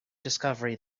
discovery